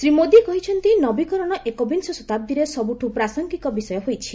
ଶ୍ରୀ ମୋଦି କହିଛନ୍ତି ନବୀକରଣ ଏକବିଂଶ ଶତାବ୍ଦୀରେ ସବୁଠୁ ପ୍ରାସଙ୍ଗିକ ବିଷୟ ହୋଇଛି